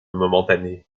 momentané